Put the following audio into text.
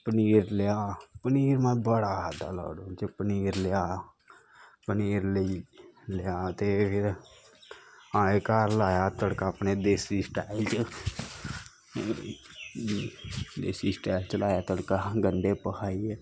पनीर लेआ पनीर में बड़ा खाद्धा लाकडाउन च पनीर लेआ पनीर लेई लेआ ते फिर आए घऱ लाया तड़का अपने देसी स्टाईल च देसी स्टाईल च लाया तड़का असें गंढे भखाइयै